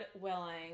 willing